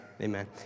amen